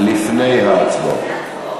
לפני ההצבעות.